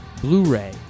Blu-ray